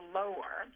lower